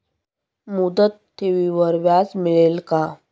मुदत ठेवीवर व्याज मिळेल का?